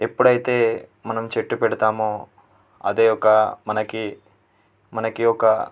ఎప్పుడైతే మనం చెట్టు పెడతామో అదే ఒక మనకి మనకి ఒక